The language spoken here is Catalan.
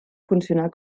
funcionar